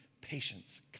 patience